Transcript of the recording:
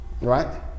right